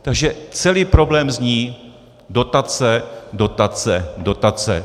Takže celý problém zní: dotace, dotace, dotace.